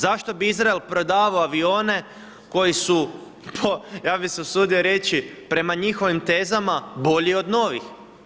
Zašto bi Izrael prodavao avione koji su ja bih se usudio reći prema njihovim tezama bolji od novih?